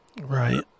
Right